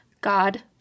god